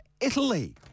italy